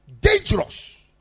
Dangerous